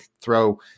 throw